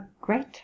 great